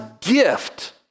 gift